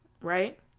right